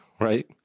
right